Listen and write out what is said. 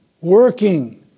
working